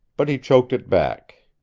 but he choked it back.